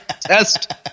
test